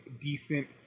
decent